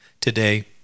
today